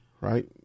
right